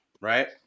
right